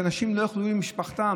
שאנשים לא יוכלו להיות עם משפחתם?